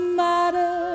matter